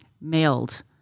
mailed